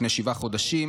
לפני שבעה חודשים.